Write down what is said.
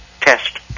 test